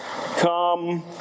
come